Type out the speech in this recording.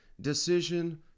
decision